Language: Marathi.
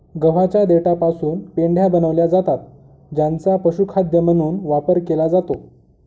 गव्हाच्या देठापासून पेंढ्या बनविल्या जातात ज्यांचा पशुखाद्य म्हणून वापर केला जातो